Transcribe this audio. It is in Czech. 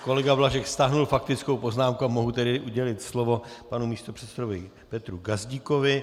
Kolega Blažek stáhl faktickou poznámku a mohu tedy udělit slovo panu místopředsedovi Petru Gazdíkovi.